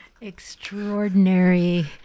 Extraordinary